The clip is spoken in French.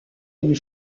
une